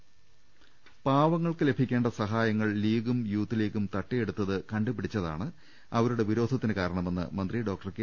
രംഭട്ട്ട്ട്ട്ട്ട്ട പാവങ്ങൾക്ക് ലഭിക്കേണ്ട സഹായങ്ങൾ ലീഗും യൂത്ത്ലീഗും തട്ടിയെ ടുത്തത് കണ്ടുപിടിച്ചതാണ് അവരുടെ വിരോധത്തിന് കാരണമെന്ന് മന്ത്രി ഡോക്ടർ കെ